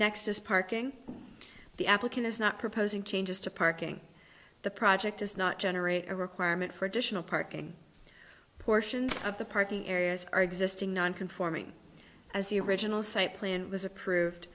is parking the applicant is not proposing changes to parking the project does not generate a requirement for additional parking portions of the parking areas are existing non conforming as the original site plan was approved